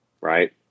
right